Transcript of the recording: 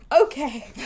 okay